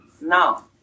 No